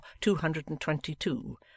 two-hundred-and-twenty-two